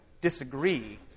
disagree